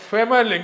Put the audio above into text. Family